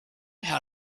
how